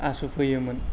आसु फोयोमोन